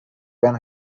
can